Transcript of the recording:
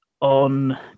on